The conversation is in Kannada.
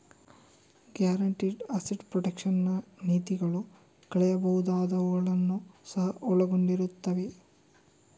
ಗ್ಯಾರಂಟಿಡ್ ಅಸೆಟ್ ಪ್ರೊಟೆಕ್ಷನ್ ನ ನೀತಿಗಳು ಕಳೆಯಬಹುದಾದವುಗಳನ್ನು ಸಹ ಒಳಗೊಂಡಿರುತ್ತವೆ